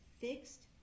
fixed